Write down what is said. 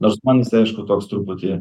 nors man jisai aišku toks truputį